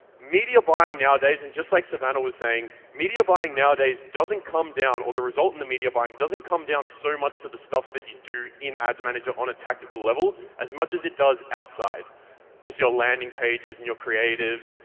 media buying nowadays, and just like savannah was saying, media buying nowadays doesn't come down, or the result in the media buying doesn't come down so much to the stuff that you do in ads manager on a tactical level as much as it does outside with your landing pages and your creatives,